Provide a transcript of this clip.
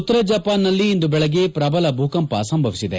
ಉತ್ತರ ಜಪಾನ್ನಲ್ಲಿ ಇಂದು ಬೆಳಗ್ಗೆ ಪ್ರಬಲ ಭೂಕಂಪ ಸಂಭವಿಸಿದೆ